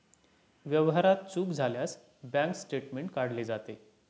व्यवहारात चूक झाल्यास बँक स्टेटमेंट काढले जाते